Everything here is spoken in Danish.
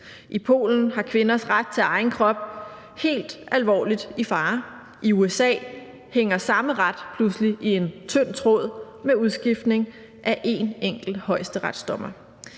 I Polen er kvinders ret til egen krop helt alvorligt i fare. I USA hænger samme ret pludselig i en tynd tråd med udskiftningen af én enkelt højesteretsdommer.